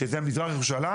שזה מזרח ירושלים,